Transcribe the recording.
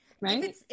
right